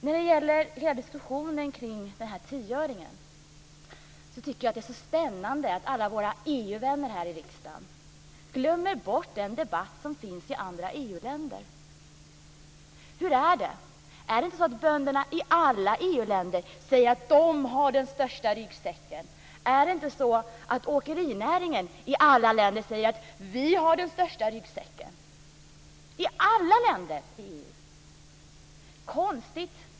När det gäller hela diskussionen kring tioöringen tycker jag att det är spännande att alla våra EU vänner här i riksdagen glömmer bort den debatt som finns i andra EU-länder. Är det inte så att bönderna i alla EU-länder säger att de har den största ryggsäcken? Är det inte så att åkerinäringen i alla länder säger: Vi har den största ryggsäcken? I alla länder i EU!